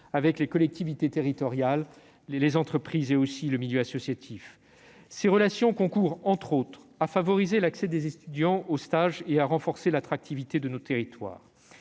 avec les collectivités territoriales, les entreprises et le milieu associatif. Ces relations concourent, entre autres, à favoriser l'accès des étudiants aux stages et à renforcer l'attractivité de nos territoires.